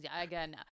again